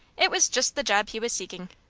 it was just the job he was seeking.